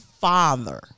father